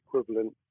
equivalent